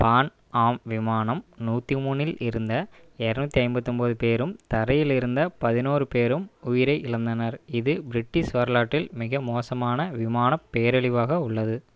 பான் Am விமானம் நூற்றி மூணில் இருந்த இரநூத்தி ஐம்பத்து ஒம்பது பேரும் தரையில் இருந்த பதினொரு பேரும் உயிரை இழந்தனர் இது பிரிட்டிஷ் வரலாற்றில் மிக மோசமான விமானப் பேரழிவாக உள்ளது